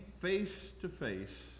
face-to-face